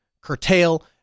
curtail